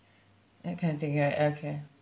that kind of thing right okay